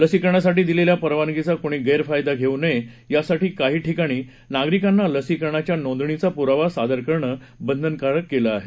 लसीकरणासाठी दिलेल्या परवानगीचा कोणी गैरफायदा घेऊ नये यासाठी काही ठिकाणी नागरिकांना लसीकरणाच्या नोंदणीचा पूरवा सादर करणं बंधनकारक केलं आहे